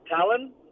Talon